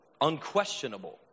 unquestionable